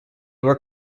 were